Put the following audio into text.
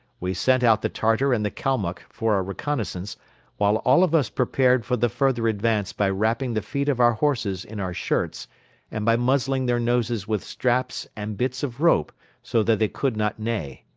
we sent out the tartar and the kalmuck for a reconnaissance while all of us prepared for the further advance by wrapping the feet of our horses in our shirts and by muzzling their noses with straps and bits of rope so that they could not neigh.